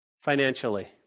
financially